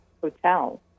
hotel